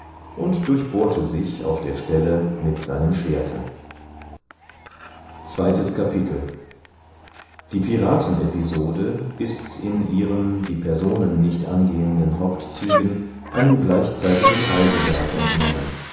und durchbohrte sich auf der stelle mit seinem schwerte zweites kapitel die piratenepisode ist in ihren die personen nicht angehenden hauptzügen einem gleichzeitigen reisewerk entnommen